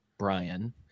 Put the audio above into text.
Brian